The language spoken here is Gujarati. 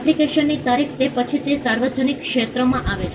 એપ્લિકેશનની તારીખ તે પછી તે સાર્વજનિક ક્ષેત્રમાં આવે છે